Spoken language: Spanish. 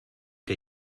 que